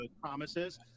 Promises